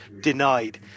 denied